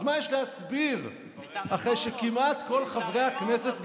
אז מה יש להסביר אחרי שכמעט כל חברי הכנסת,